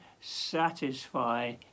satisfy